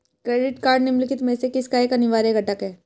Credit card निम्नलिखित में से किसका एक अनिवार्य घटक है?